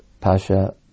Pasha